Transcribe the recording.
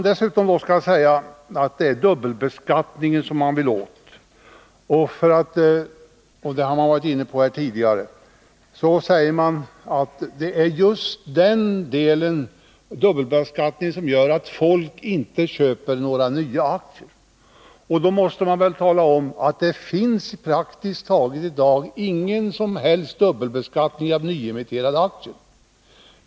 Det sägs här att det är dubbelbeskattningen man vill åt, att det är just Nr 51 dubbelbeskattningen som gör att folk inte köper några nya aktier. Då måste man väl också tala om att det i dag praktiskt taget inte finns någon dubbelbeskattning vad gäller nyemitterade aktier.